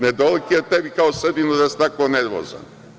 Ne dolikuje tebi kao Srbinu da si tako nervozan.